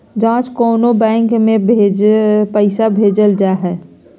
जाँच द्वारा कोनो बैंक में पैसा भेजल जा हइ